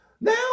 Now